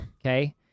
Okay